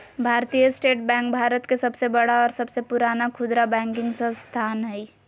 भारतीय state bank Bharat के सबसे बड़ा और सबसे पुराना खुदरा बैंकिंग संस्थान हइ